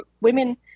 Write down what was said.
women